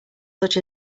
such